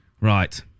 right